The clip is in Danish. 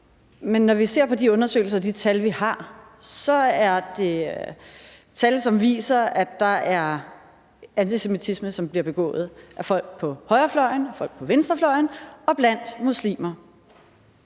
Men når vi ser på de undersøgelser og de tal, vi har, er det tal, der viser, at antisemitisme begås af folk på højrefløjen, af folk på venstrefløjen og blandt muslimer.